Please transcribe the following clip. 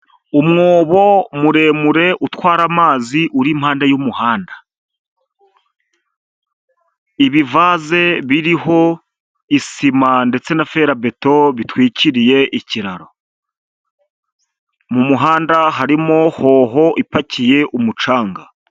Umwobo muremure utwara amazi uri impande y'umuhanda, ibivaze biriho isima ndetse na ferabeto bitwikiriye ikiraro, mu muhanda harimo hoho ipakiye umucanga.